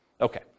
Okay